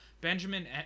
Benjamin